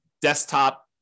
desktop